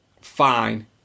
Fine